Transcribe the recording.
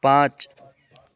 पाँच